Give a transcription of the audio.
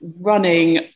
running